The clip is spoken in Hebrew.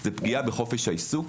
זה פגיעה בחופש העיסוק,